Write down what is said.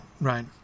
right